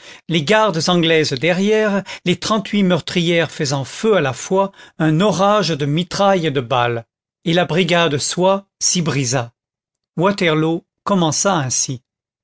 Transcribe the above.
les gardes anglaises derrière les trente-huit meurtrières faisant feu à la fois un orage de mitraille et de balles et la brigade soye s'y brisa waterloo commença ainsi